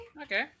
Okay